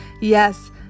Yes